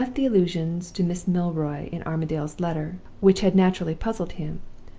i left the allusions to miss milroy in armadale's letter, which had naturally puzzled him,